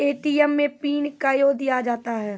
ATM मे pin कयो दिया जाता हैं?